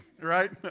right